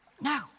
no